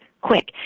quick